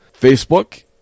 facebook